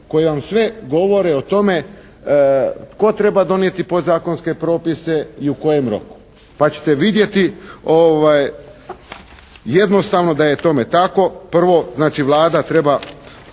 koje vam sve govore o tome tko treba donijeti podzakonske propise i u kojem roku pa ćete vidjeti jednostavno da je tome tako. Prvo znači Vlada treba